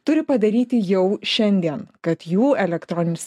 turi padaryti jau šiandien kad jų elektroninis